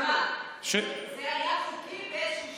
זה היה חוקי באיזשהו שלב.